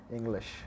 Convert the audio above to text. English